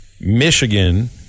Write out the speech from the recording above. Michigan